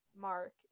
Mark